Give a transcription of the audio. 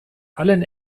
allen